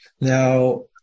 Now